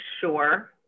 sure